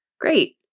Great